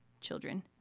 children